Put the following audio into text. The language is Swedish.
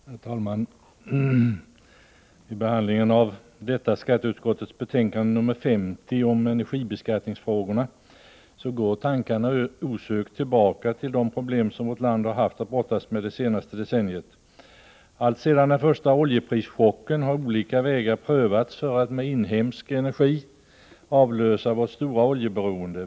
Herr talman! Vid behandlingen av skatteutskottets betänkande nr 50 om energibeskattningsfrågor går tankarna osökt tillbaka till de problem som vårt land har haft att brottas med det senaste decenniet. Alltsedan den första oljeprischocken har olika vägar prövats för att med inhemsk energi avhjälpa vårt stora oljeberoende.